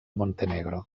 montenegro